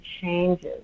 changes